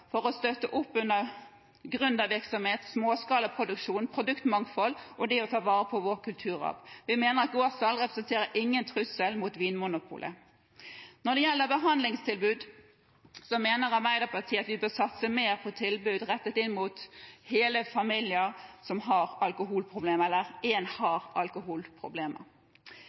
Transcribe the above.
for å støtte opp under gründervirksomhet, småskalaproduksjon, produktmangfold og det å ta vare på vår kulturarv. Vi mener at gårdssalg ikke representerer noen trussel mot Vinmonopolet. Når det gjelder behandlingstilbud, mener Arbeiderpartiet at vi bør satse mer på tilbud rettet inn mot hele familier som har alkoholproblemer, eller